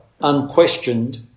unquestioned